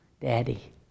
Daddy